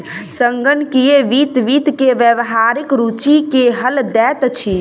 संगणकीय वित्त वित्त के व्यावहारिक रूचि के हल दैत अछि